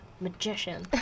magician